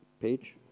page